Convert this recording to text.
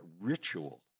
ritual